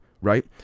right